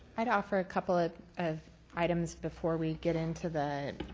i'd offer a couple of of items before we get into the